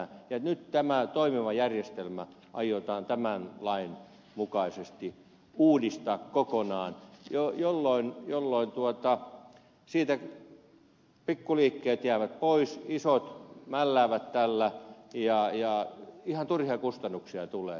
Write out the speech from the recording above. nyt tämä toimiva järjestelmä aiotaan tämän lain mukaisesti uudistaa kokonaan jolloin siitä pikkuliikkeet jäävät pois isot mälläävät tällä ja ihan turhia kustannuksia tulee